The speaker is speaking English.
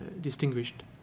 distinguished